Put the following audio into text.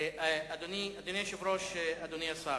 אדוני היושב-ראש, אדוני השר,